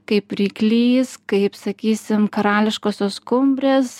kaip ryklys kaip sakysim karališkosios skumbrės